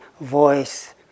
voice